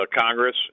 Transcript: Congress